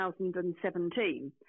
2017